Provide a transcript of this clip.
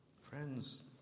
Friends